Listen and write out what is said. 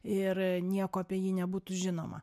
ir nieko apie jį nebūtų žinoma